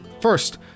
First